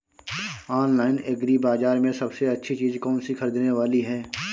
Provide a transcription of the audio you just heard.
Online agri बाजार में सबसे अच्छी चीज कौन सी ख़रीदने वाली है?